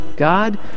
God